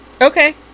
Okay